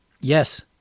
Yes